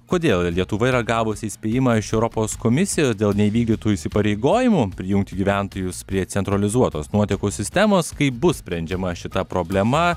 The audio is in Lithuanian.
kodėl lietuva yra gavusi įspėjimą iš europos komisijos dėl neįvykdytų įsipareigojimų prijungti gyventojus prie centralizuotos nuotekų sistemos kaip bus sprendžiama šita problema